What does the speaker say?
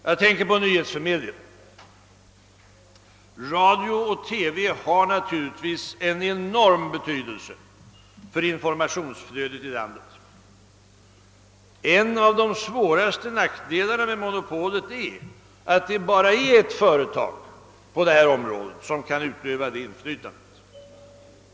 Jag tänker på nyhetsförmedlingen. Radio och TV har naturligtvis en enorm betydelse för informationsflödet i landet. En av de svåraste nackdelarna med monopolet är att det bara är ett företag som inom radio och TV kan utöva inflytande på detta område.